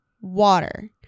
water